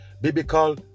Biblical